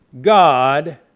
God